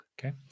Okay